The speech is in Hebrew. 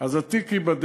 אז התיק ייבדק.